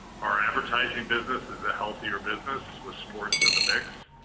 our advertising business is a healthier business, with sports in the mix.